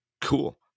cool